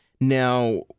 Now